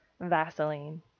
Vaseline